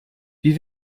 wie